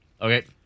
Okay